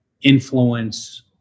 influence